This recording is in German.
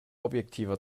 objektiver